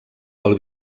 pel